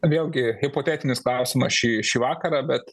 vėlgi hipotetinis klausimas šį šį vakarą bet